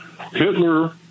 Hitler